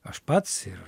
aš pats ir